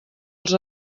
els